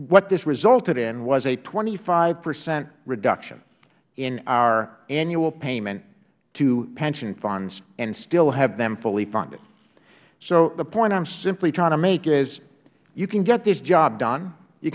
what this resulted in was a twenty five percent reduction in our annual payment to pension funds and still have them fully funded so the point i am simply trying to make is you can get this job done you